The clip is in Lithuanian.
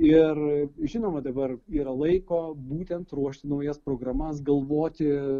ir žinoma dabar yra laiko būtent ruošti naujas programas galvoti